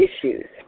issues